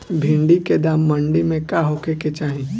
भिन्डी के दाम मंडी मे का होखे के चाही?